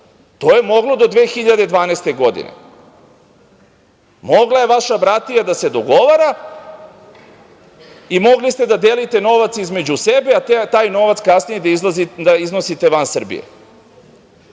To je moglo do 2012. godine. Mogla je vaša bratija da se dogovara i mogli ste da delite novac između sebe, a taj novac kasnije da iznosite van Srbije. Želeo